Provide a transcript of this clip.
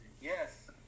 Yes